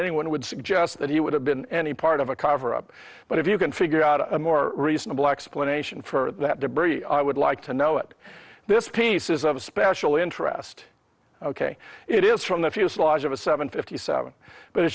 anyone would suggest that he would have been any part of a cover up but if you can figure out a more reasonable explanation for that debris i would like to know if this piece is of special interest ok it is from the fuselage of a seven fifty seven but it